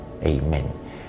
Amen